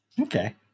Okay